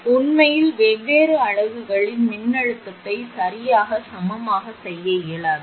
எனவே உண்மையில் வெவ்வேறு அலகுகளில் மின்னழுத்தத்தை சரியாக சமமாக செய்ய இயலாது